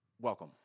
welcome